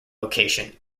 location